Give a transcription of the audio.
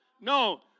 No